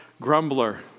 grumbler